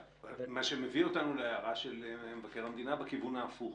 מה שמביא אותנו להערה של מבקר המדינה בכיוון ההפוך.